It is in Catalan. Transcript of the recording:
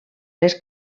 les